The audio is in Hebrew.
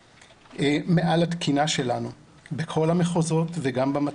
מעל התקינה שלנו בכל המחוזות וגם במטה.